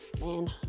Man